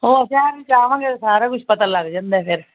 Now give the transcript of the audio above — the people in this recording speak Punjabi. ਉਹ ਸ਼ਹਿਰ ਵਿੱਚ ਆਵਾਂਗੇ ਤਾਂ ਸਾਰਾ ਕੁਛ ਪਤਾ ਲੱਗ ਜਾਂਦਾ ਫਿਰ